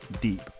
deep